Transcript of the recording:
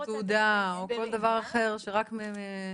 או תעודה או כל דבר אחר שרק מאפשר.